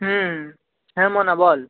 হুম হ্যাঁ মনা বল